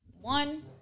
one